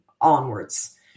onwards